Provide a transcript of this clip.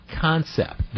concept